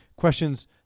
questions